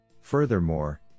Furthermore